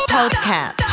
Podcast